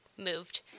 moved